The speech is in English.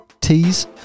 Tees